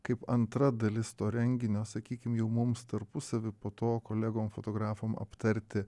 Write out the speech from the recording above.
kaip antra dalis to renginio sakykim jau mums tarpusavy po to kolegom fotografam aptarti